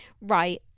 Right